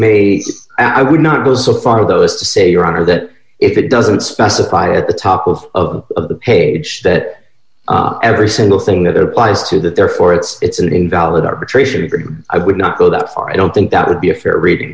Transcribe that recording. may i would not go so far though as to say your honor that if it doesn't specify at the top of the page that every single thing that applies to that therefore it's an invalid arbitration i would not go that far i don't think that would be a fair reading